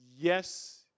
yes